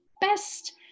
best